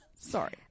Sorry